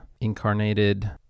incarnated